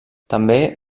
també